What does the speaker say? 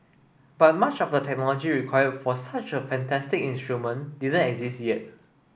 but much of the technology required for such a fantastic instrument didn't exist yet